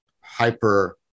hyper